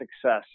success